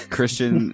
Christian